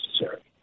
necessary